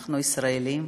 אנחנו ישראלים,